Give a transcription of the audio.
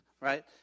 right